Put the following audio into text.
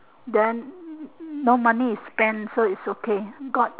then no money is spent so it's okay god